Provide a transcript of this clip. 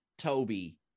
toby